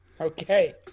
Okay